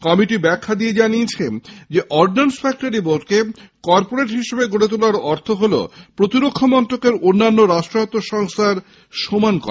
committee ব্যাখ্যা দিয়ে জানায় যে অর্ডন্যান্স ফ্যাক্টরি বোর্ডকে কর্পোরেট হিসেবে গড়ে তোলার অর্থ হলো প্রতিরক্ষামন্ত্রকের অন্যান্য রাষ্ট্রায়ত্ত সংস্থার সমান করা